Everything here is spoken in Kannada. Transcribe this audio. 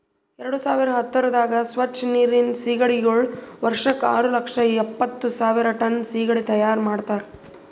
ಎರಡು ಸಾವಿರ ಹತ್ತುರದಾಗ್ ಸ್ವಚ್ ನೀರಿನ್ ಸೀಗಡಿಗೊಳ್ ವರ್ಷಕ್ ಆರು ಲಕ್ಷ ಎಪ್ಪತ್ತು ಸಾವಿರ್ ಟನ್ ಸೀಗಡಿ ತೈಯಾರ್ ಮಾಡ್ತಾರ